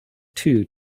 two